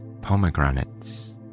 pomegranates